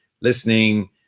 listening